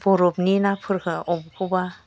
बरफनि नाफोरा अबेखौबा